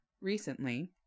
recently